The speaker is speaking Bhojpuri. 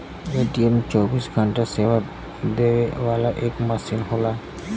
ए.टी.एम चौबीस घंटा सेवा देवे वाला एक मसीन होला